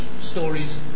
stories